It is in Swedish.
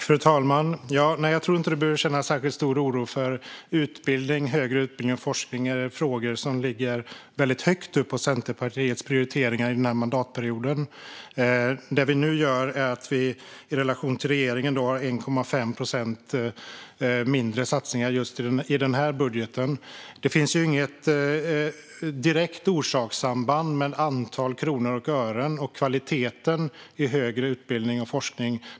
Fru talman! Jag tror inte att ledamoten behöver känna särskilt stor oro, för utbildning, högre utbildning och forskning är frågor som ligger högt uppe bland Centerpartiets prioriteringar den här mandatperioden. Det vi nu gör är att vi i relation till regeringen har 1,5 procent mindre satsningar just i den här budgeten. Det finns inget direkt orsakssamband mellan antalet kronor och ören och kvaliteten i högre utbildning och forskning.